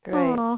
Great